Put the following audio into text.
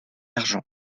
argent